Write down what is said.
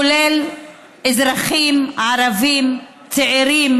כולל אזרחים ערבים צעירים,